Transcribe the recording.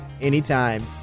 anytime